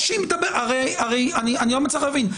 אני לא מצליח להבין,